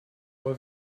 ohr